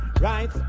right